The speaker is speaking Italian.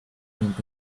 gran